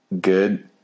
good